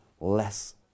less